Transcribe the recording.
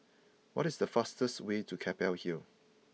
what is the fastest way to Keppel Hill